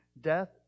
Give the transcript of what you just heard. death